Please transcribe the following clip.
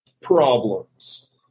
problems